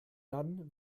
dann